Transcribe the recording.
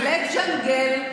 לג'נגל.